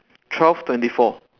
twelve twenty four